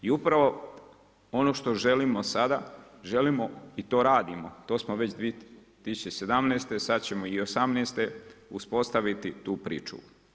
I upravo ono što želimo sada, želimo i to radimo, to smo već 2017. sad ćemo i '18. uspostaviti tu priču.